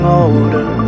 older